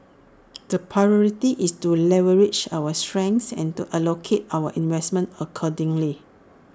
the priority is to leverage our strengths and to allocate our investments accordingly